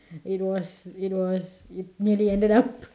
it was it was it nearly ended up